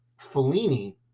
Fellini